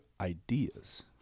ideas